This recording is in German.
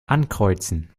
ankreuzen